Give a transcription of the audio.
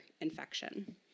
infection